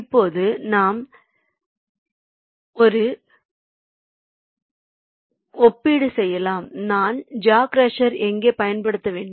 இப்போது நாம் இப்போது ஒரு ஒப்பீடு செய்யலாம் நான் ஜா க்ரஷர் எங்கே பயன்படுத்த வேண்டும்